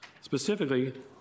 specifically